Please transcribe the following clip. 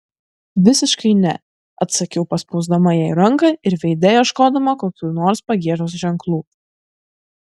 visiškai ne atsakiau paspausdama jai ranką ir veide ieškodama kokių nors pagiežos ženklų